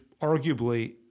arguably